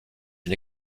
une